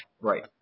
Right